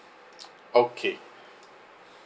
okay